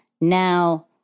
now